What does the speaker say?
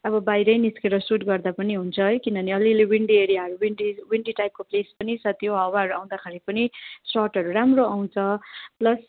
अब बाहिरै निस्केर सुट गर्दा पनि हुन्छ है किनभने अलिअलि विन्डी एरियाहरू विन्डी विन्डी टाइपको प्लेस पनि छ त्यो हावाहरू आउँदाखेरि पनि सटहरू राम्रो आउँछ प्लस